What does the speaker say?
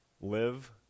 live